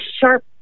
sharp